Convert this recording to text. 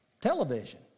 television